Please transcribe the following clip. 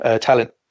talent